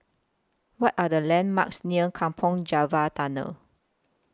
What Are The landmarks near Kampong Java Tunnel